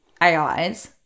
AIs